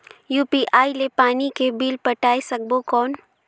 UPI ले पानी के बिल पटाय सकबो कौन?